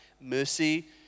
mercy